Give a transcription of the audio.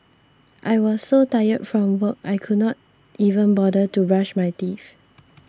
I was so tired from work I could not even bother to brush my teeth